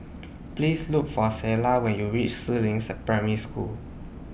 Please Look For Selah when YOU REACH Si Ling Primary School